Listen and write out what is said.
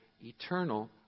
eternal